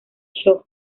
shaw